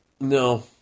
No